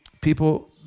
people